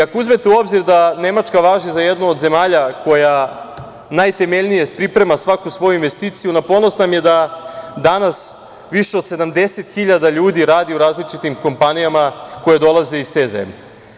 Ako uzmete u obzir da Nemačka važi za jednu od zemalja koja najtemeljnije priprema svaku svoju investiciju, na ponos nam je da danas više od 70.000 ljudi radi u različitim kompanijama koje dolaze iz te zemlje.